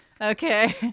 Okay